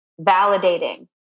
validating